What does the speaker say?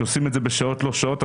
שעושים את זה בשעות לא שעות.